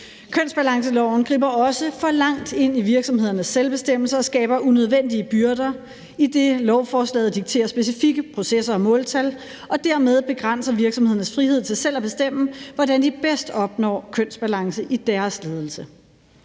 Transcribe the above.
på området, den griber også for langt ind i virksomhedernes selvbestemmelse og skaber unødvendige byrder, idet lovforslaget dikterer specifikke processer og måltal og dermed begrænser virksomhedernes frihed til selv at bestemme, hvordan de bedst opnår kønsbalance i deres ledelse.